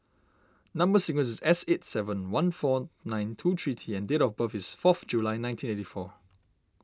Number Sequence is S eight seven one four nine two three T and date of birth is four of July nineteen eighty four